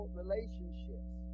relationships